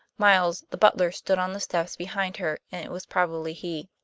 miles, the butler, stood on the steps behind her and it was probably he.